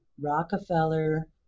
Rockefeller